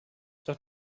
doch